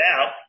out